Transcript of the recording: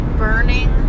burning